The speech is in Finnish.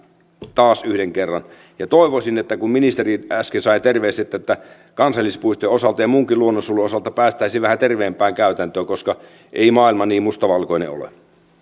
taas yhden kerran ja toivoisin kun ministeri äsken sai terveiset että että kansallispuistojen osalta ja muunkin luonnonsuojelun osalta päästäisiin vähän terveempään käytäntöön koska ei maailma niin mustavalkoinen